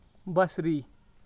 بصری